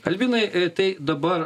albinai tai dabar